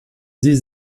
sie